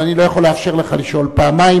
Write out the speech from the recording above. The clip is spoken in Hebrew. אבל אני לא יכול לאפשר לך לשאול פעמיים,